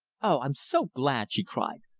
oh, i'm so glad! she cried.